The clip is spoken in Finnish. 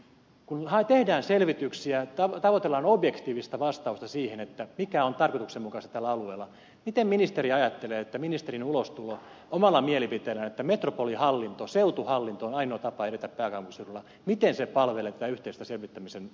kun tehdään selvityksiä tavoitellaan objektiivista vastausta siihen mikä on tarkoituksenmukaista tällä alueella miten ministeri ajattelee että ministerin ulostulo omalla mielipiteellään että metropolihallinto seutuhallinto on ainoa tapa edetä pääkaupunkiseudulla palvelee tätä yhteistä selvittämisen objektiivisuutta